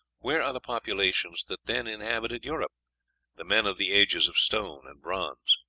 where are the populations that then inhabited europe the men of the ages of stone and bronze?